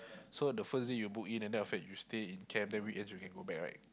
so the first day you book in and then after that you stay in camp then weekends you can go back right